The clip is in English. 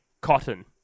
cotton